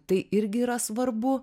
tai irgi yra svarbu